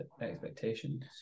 expectations